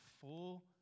full